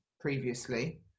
previously